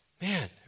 man